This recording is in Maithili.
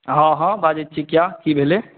हँ हँ बाजै छी किया की भेलै